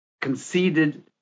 conceded